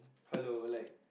hello like